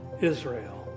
Israel